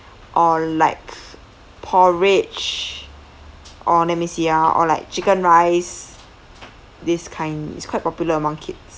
or like p~ porridge or let me see ah or like chicken rice this kind is quite popular among kids